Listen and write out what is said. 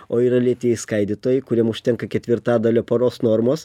o yra lėtieji skaidytojai kuriem užtenka ketvirtadalio paros normos